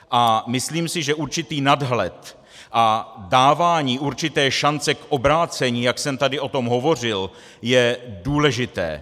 A myslím si, že určitý nadhled a dávání určité šance k obrácení, jak jsem tady o tom hovořil, je důležité.